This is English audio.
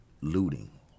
looting